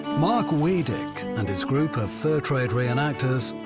mark weadick, and his group of fur trade re-enactors,